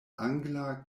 angla